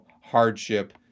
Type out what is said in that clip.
hardship